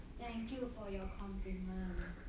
thank you for your complement